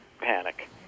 panic